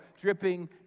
dripping